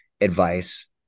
advice